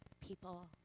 people